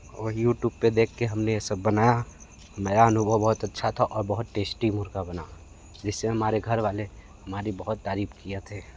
वही यूटूब पर देख कर हमने यह सब बनाया मेरा अनुभव बहुत अच्छा था और बहुत टेस्टी मुर्गा बना जिससे हमारे घर वाले हमारी बहुत तारीफ़ किए थे